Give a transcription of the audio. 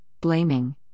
blaming